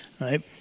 right